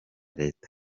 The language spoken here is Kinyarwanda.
leta